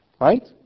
Right